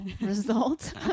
result